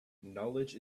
knowledge